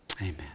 Amen